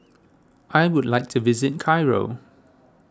I would like to visit Cairo